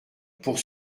pour